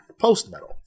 post-Metal